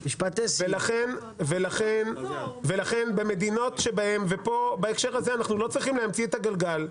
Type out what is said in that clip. ולכן במדינות שבהם ופה בהקשר הזה אנחנו לא צריכים להמציא את הגלגל,